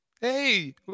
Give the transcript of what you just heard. Hey